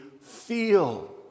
feel